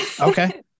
Okay